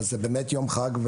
אז זה באמת יום חג,